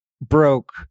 broke